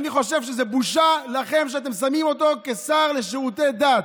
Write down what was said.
אני חושב שזו בושה לכם שאתם שמים אותו כשר לשירותי דת.